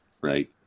right